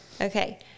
Okay